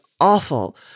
awful